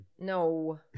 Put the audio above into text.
No